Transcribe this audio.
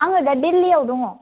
आङो दा दिल्लीआव दङ